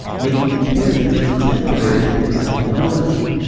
making the pyramids contemporary with the flood in noah's day.